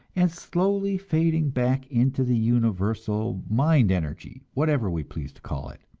and slowly fading back into the universal mind energy, whatever we please to call it?